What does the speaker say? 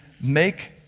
make